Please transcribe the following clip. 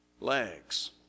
Legs